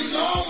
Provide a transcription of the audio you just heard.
no